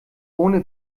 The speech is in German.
ohne